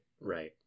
right